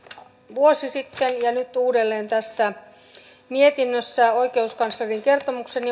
vuosi sitten tuonut ja nyt uudelleen tässä mietinnössä oikeuskanslerin kertomuksen